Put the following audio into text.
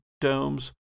domes